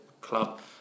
club